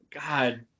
God